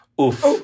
Oof